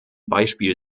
beispiel